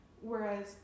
whereas